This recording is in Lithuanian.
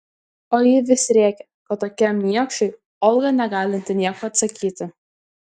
o ji vis rėkė kad tokiam niekšui olga negalinti nieko atsakyti